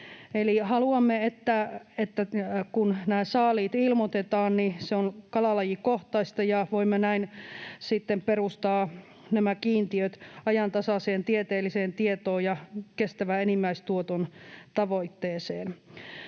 haluamme, että kun nämä saaliit ilmoitetaan, niin se on kalalajikohtaista ja voimme näin perustaa nämä kiintiöt ajantasaiseen tieteelliseen tietoon ja kestävän enimmäistuoton tavoitteeseen.